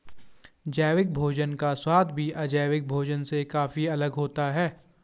जैविक भोजन का स्वाद भी अजैविक भोजन से काफी अलग होता है